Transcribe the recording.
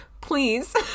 please